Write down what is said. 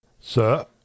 sir